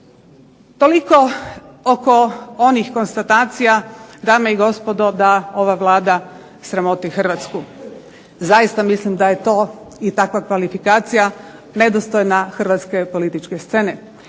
Toliko oko onih konstatacija dame i gospodo da ova Vlada sramoti Hrvatsku. Zaista mislim da je to i takva kvalifikacija nedostojna hrvatske političke scene,